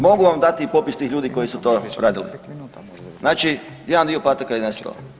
Mogu vam dati i popis tih ljudi koji su to radili, znači jedan dio podataka je nestao.